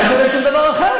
אין כאן שום דבר אחר,